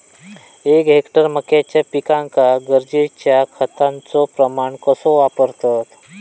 एक हेक्टर मक्याच्या पिकांका गरजेच्या खतांचो प्रमाण कसो वापरतत?